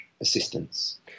assistance